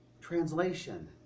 Translation